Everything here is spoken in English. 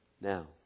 Now